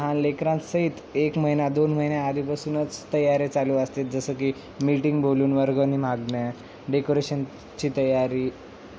लहान लेकरांसहित एक महिना दोन महिन्या आधीपासूनच तयारी चालू असते जसं की मिटिंग बोलून वर्गणी मागणे डेकोरेशनची तयारी